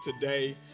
today